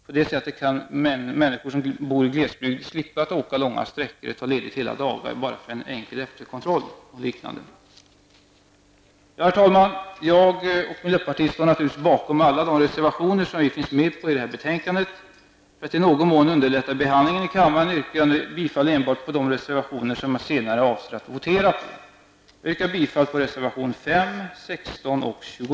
På detta sätt kan människor som bor i glesbygd slippa att åka långa sträckor och ta ledigt hela dagar bara för en enkel efterkontroll och liknande. Herr talman! Miljöpartiet står naturligtvis bakom alla de reservationer till detta betänkande där vi finns med. För att i någon mån underlätta behandlingen i kammaren yrkar jag nu bifall endast till de reservationer som jag senare avser att begära votering på. Jag yrkar bifall till reservationerna 5,